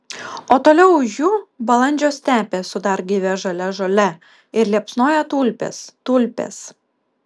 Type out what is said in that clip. o toliau už jų balandžio stepė su dar gaivia žalia žole ir liepsnoja tulpės tulpės